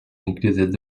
included